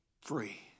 free